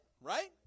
right